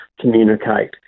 communicate